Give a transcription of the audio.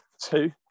two